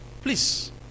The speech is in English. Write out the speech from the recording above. Please